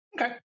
Okay